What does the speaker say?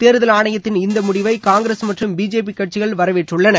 தேர்தல் ஆணையத்தின் இந்த முடிவை காங்கிரஸ் மற்றும் பிஜேபி கட்சிகள் வரவேற்றுள்ளன